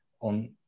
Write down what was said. on